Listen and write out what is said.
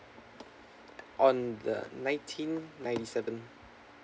on the nineteen ninety seven